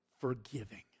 forgiving